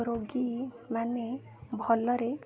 ରୋଗୀମାନେ ଭଲରେ